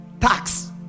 tax